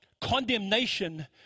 condemnation